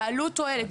בעלות תועלת,